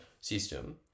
system